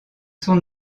son